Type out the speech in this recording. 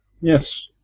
Yes